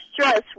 stress